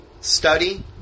study